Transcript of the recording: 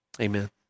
Amen